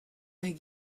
hag